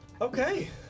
Okay